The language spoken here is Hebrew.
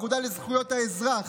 האגודה לזכויות האזרח,